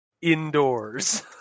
indoors